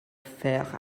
faire